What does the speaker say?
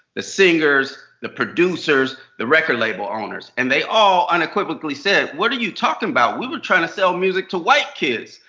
the singers. the producers. the record label owners. and they all unequivocally unequivocally said what are you talking about? we're we're trying to sell music to white kids.